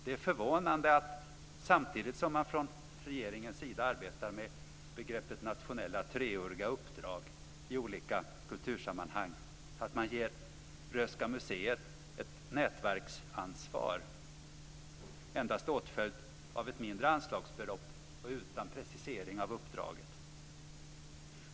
Det är förvånande att samtidigt som man från regeringens sida arbetar med begreppet nationella treåriga uppdrag i olika kultursammanhang ger Röhsska museet ett nätverksansvar endast åtföljt av ett mindre anslagsbelopp och utan precisering av uppdraget.